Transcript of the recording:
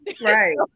Right